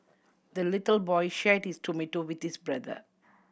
the little boy shared his tomato with his brother